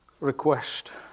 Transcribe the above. request